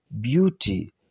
beauty